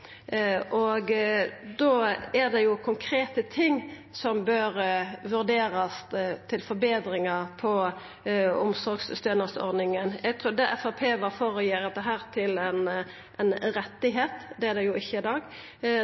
er det konkrete ting som bør vurderast når det gjeld forbetringar av omsorgsstønadsordninga. Eg trudde Framstegspartiet var for å gjera dette til ein rett. Det er det ikkje i dag,